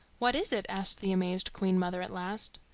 what is it? asked the amazed queen-mother at last.